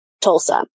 Tulsa